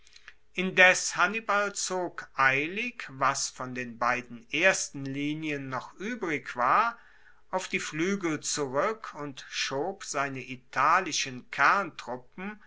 indes hannibal zog eilig was von den beiden ersten linien noch uebrig war auf die fluegel zurueck und schob seine italischen kerntruppen